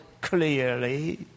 clearly